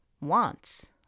wants